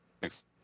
Thanks